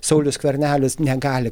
saulius skvernelis negali